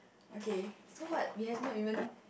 okay so what we have not even